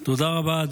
תודה רבה.